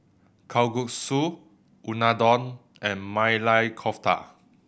Kalguksu Unadon and Maili Kofta